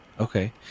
Okay